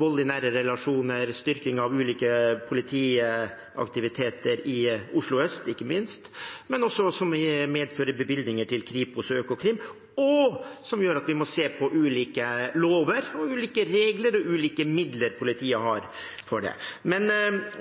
vold i nære relasjoner og styrking av ulike politiaktiviteter i Oslo øst – ikke minst – men som også medfører bevilgninger til Kripos og Økokrim, og som gjør at vi må se på ulike lover, ulike regler og ulike midler politiet har for det. Men